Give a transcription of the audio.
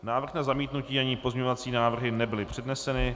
Návrh na zamítnutí ani pozměňovací návrhy nebyly předneseny.